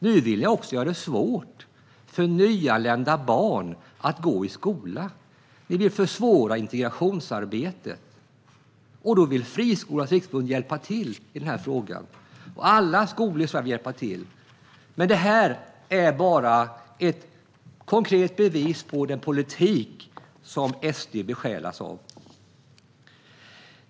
Nu vill ni också göra det svårt för nyanlända barn att gå i skolan. Ni vill försvåra integrationsarbetet. Då vill Friskolornas riksförbund hjälpa till i denna fråga, och alla skolor i Sverige vill hjälpa till. Men Sverigedemokraternas agerande är bara ett konkret bevis på den politik som SD besjälas av.